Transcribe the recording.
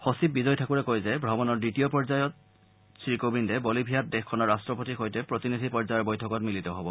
সচিব বিজয় ঠাকুৰে কয় যে ভ্ৰমণৰ দ্বিতীয় পৰ্যায়ত শ্ৰীকোৱিন্দে বলিভিয়াত দেশখনৰ ৰাষ্টপতিৰ সৈতে প্ৰতিনিধি পৰ্যায়ৰ বৈঠকত মিলিত হ'ব